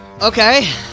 Okay